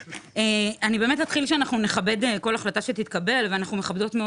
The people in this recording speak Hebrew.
אני אתחיל ואומר שנכבד כל החלטה שתתקבל ואנחנו מכבדות מאוד